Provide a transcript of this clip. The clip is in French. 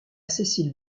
cécile